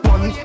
One